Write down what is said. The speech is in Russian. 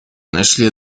нашли